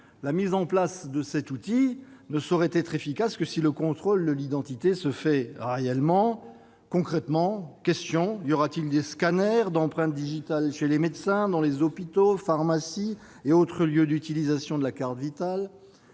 la mise en place de cet outil ne saurait être efficace que si le contrôle de l'identité se fait réellement. Concrètement, y aura-t-il des scanners d'empreintes digitales chez les médecins, dans les hôpitaux, les pharmacies et les autres lieux d'utilisation de la carte Vitale ?